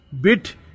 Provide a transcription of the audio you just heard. bit